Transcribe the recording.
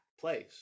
place